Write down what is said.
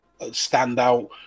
standout